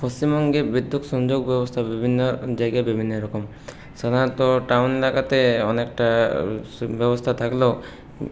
পশ্চিমবঙ্গে বিদ্যুৎ সংযোগ ব্যবস্থা বিভিন্ন জায়গায় বিভিন্ন রকম সাধারনত টাউন এলাকাতে অনেকটা সুব্যবস্থা থাকলেও